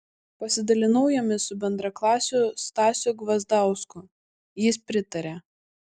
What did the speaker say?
pasidalinau jomis su bendraklasiu stasiu gvazdausku jis pritarė